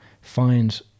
find